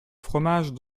fromage